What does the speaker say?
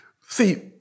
see